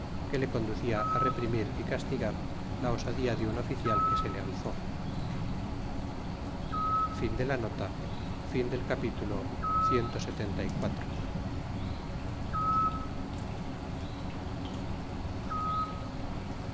que le conducta reprimir y castigar la media de un oficial que se le alzó